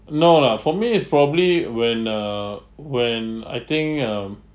no lah for me it's probably when uh when I think um